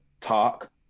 talk